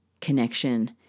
connection